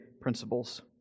principles